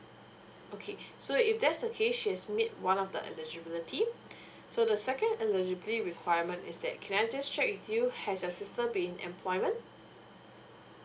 okay so if that's the case she has meet one of the the eligibility so the second eligibility requirement is that can I just check with you has your sister be in employment